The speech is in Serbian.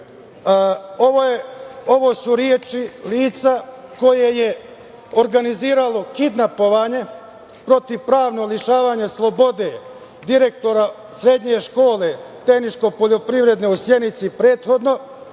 Ovo su reči lica koje je organizovalo kidnapovanje, protivpravno lišavanje slobode direktora srednje škole Tehničko-poljoprivredne u Sjenici prethodno